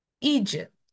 Egypt